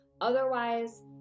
otherwise